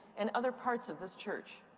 and other parts of this church?